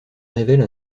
révèle